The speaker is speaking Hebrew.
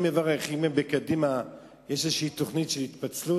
אני מברך אם בקדימה יש איזושהי תוכנית של התפצלות,